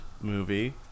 movie